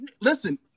Listen